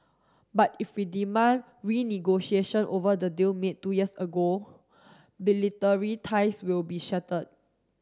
but if we demand renegotiation over the deal made two years ago ties will be shattered